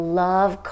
love